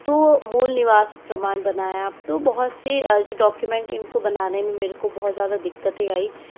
तो मूल निवास प्रमाण बनाया तो बहुत से जो डॉक्यूमेंट इनको बनाने में मेरे को बहुत ज़्यादा दिक्कतें आई